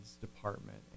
department